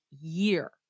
year